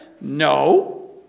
No